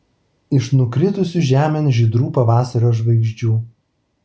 iš nukritusių žemėn žydrų pavasario žvaigždžių